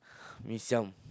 Mee-Siam